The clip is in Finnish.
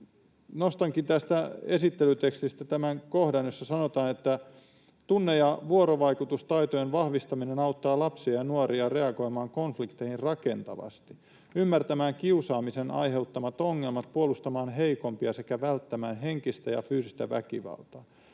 Nostankin tästä esittelytekstistä tämän kohdan, jossa sanotaan, että tunne‑ ja vuorovaikutustaitojen vahvistaminen auttaa lapsia ja nuoria reagoimaan konflikteihin rakentavasti, ymmärtämään kiusaamisen aiheuttamat ongelmat, puolustamaan heikompia sekä välttämään henkistä ja fyysistä väkivaltaa.